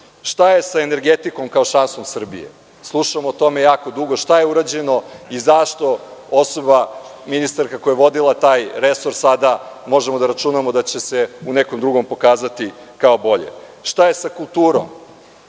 šta je sa energetikom kao šansom Srbije? Slušam o tome jako dugo, šta je urađeno i zašto osoba, ministarka koja je vodila taj resor, sada možemo da računamo da će se u nekom drugom pokazati kao bolje. Šta je sa kulturom?